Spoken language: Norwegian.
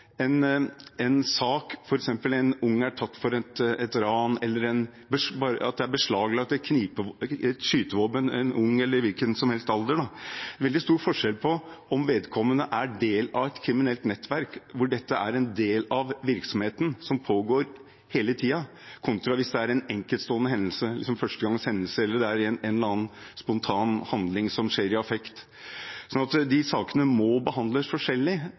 en ung person som er tatt for et ran, eller det er beslaglagt et skytevåpen hos en ung person – eller hvilken som helst alder – er det veldig stor forskjell på om vedkommende er del av et kriminelt nettverk hvor dette er en del av virksomheten som pågår hele tiden, kontra at det er en enkeltstående hendelse, en førstegangshendelse eller det er en eller annen spontan handling som skjer i affekt. De sakene må behandles forskjellig,